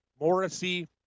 Morrissey